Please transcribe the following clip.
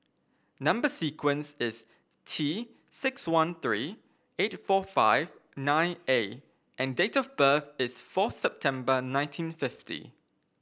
number sequence is T six one three eight four five nine A and date of birth is four September nineteen fifty